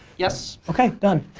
yes. okay, done.